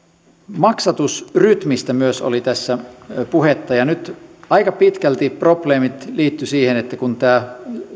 maksatusrytmistä myös oli tässä puhetta ja nyt aika pitkälti probleemit liittyivät siihen että tämä